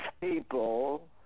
people